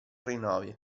rinnovi